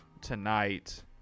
tonight